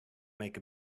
make